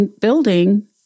building